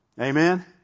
Amen